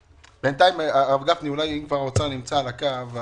בינתיים הרב גפני, אם כבר האוצר נמצא על הקו.